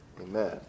Amen